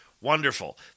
Wonderful